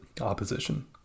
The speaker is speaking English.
opposition